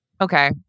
okay